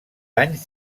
anys